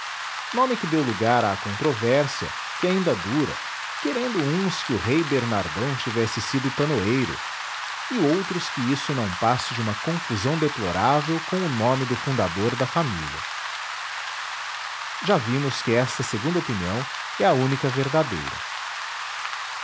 nome que deu lugar à controvérsia que ainda dura querendo uns que o rei bernardão tivesse sido tanoeiro e outros que isto não passe de uma confusão deplorável com o nome do fundador da família já vimos que esta segunda opinião é a única verdadeira